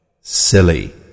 Silly